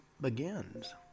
begins